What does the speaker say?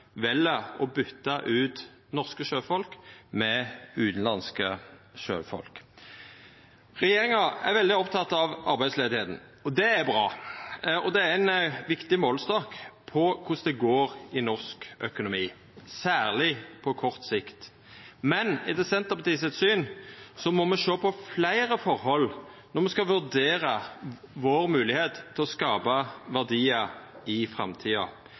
vel å byta ut norske sjøfolk med utanlandske sjøfolk. Regjeringa er veldig oppteken av arbeidsløysa, og det er bra. Det er ein viktig målestokk på korleis det går i norsk økonomi, særleg på kort sikt. Men etter Senterpartiets syn må me sjå på fleire forhold når me skal vurdera vår moglegheit til å skapa verdiar i framtida.